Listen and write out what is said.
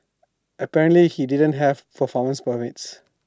apparently he didn't have permits